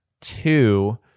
Two